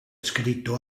scritto